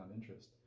interest